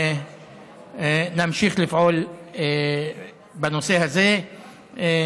ונמשיך לפעול בנושא הזה.